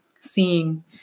seeing